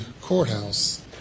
courthouse